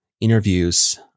interviews